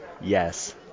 yes